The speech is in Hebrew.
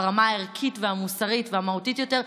ברמה הערכית והמוסרית והמהותית יותר,